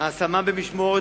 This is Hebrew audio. ההשמה במשמורת,